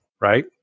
Right